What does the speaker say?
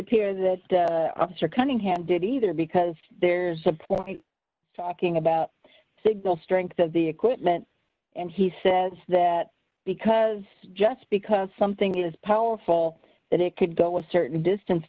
appear that mr cunningham did either because there's a point in talking about signal strength of the equipment and he says that because just because something is powerful that it could go a certain distance